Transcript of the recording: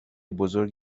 بزرگ